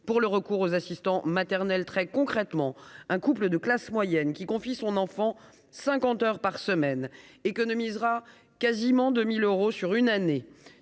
pour le recours aux assistants maternels, très concrètement, un couple de classe moyenne qui confie son enfant 50 heures par semaine économisera quasiment 2000 euros sur une année,